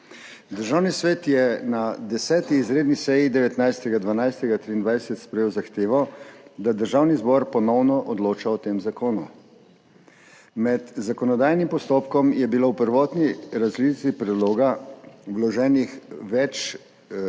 Državni svet je na 10. izredni seji 19. 12. 2023 sprejel zahtevo, da Državni zbor ponovno odloča o tem zakonu. Med zakonodajnim postopkom je bilo v prvotni različici predloga vloženih več in